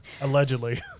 Allegedly